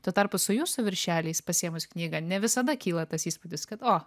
tuo tarpu su jūsų viršeliais pasiėmus knygą ne visada kyla tas įspūdis kad o